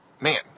man